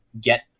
get